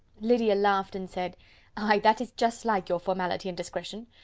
lydia laughed, and said aye, that is just like your formality and discretion.